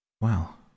Well